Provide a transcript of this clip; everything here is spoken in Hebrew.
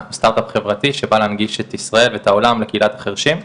זה סטרט-אפ חברתי שבא להנגיש את ישראל לעולם לקהילת החרשים.